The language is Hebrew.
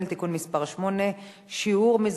התוצאות: בעד, 9,